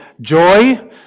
joy